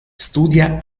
studia